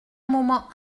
moment